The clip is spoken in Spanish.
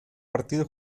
partido